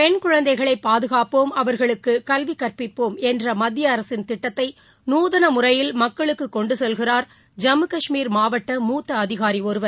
பெண் குழந்தைகளை பாதுகாப்போம் அவர்களுக்கு கல்வி கற்பிப்போம் என்ற மத்திய அரசின் திட்டத்தை நூதன முறையில் மக்களுக்கு கொண்டு செல்கிறார் ஜம்மு கஷ்மீர் மாவட்ட மூத்த அதிகாரி ஒருவர்